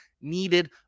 needed